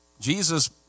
Jesus